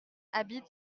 habitent